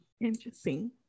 Interesting